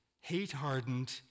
hate-hardened